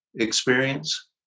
experience